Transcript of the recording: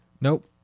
Nope